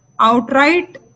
Outright